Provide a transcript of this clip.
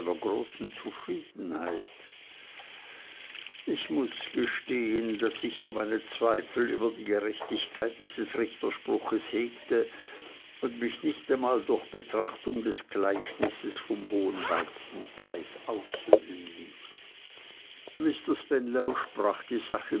großen zufriedenheit ich muß gestehen daß ich so meine zweifel über die gerechtigkeit dieses richterspruchs hegte und mich nicht einmal durch betrachtung des gleichnisses vom hohen weizenpreis aussöhnen ließ mr spenlow sprach die sache